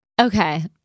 Okay